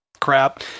crap